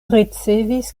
ricevis